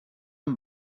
amb